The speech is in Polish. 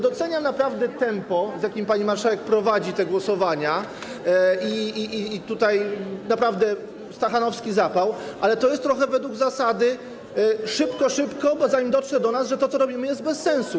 Doceniam naprawdę tempo, z jakim pani marszałek prowadzi te głosowania, i naprawdę stachanowski zapał, ale to jest trochę według zasady: szybko, szybko, zanim dotrze do nas, że to, co robimy, jest bez sensu.